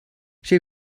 she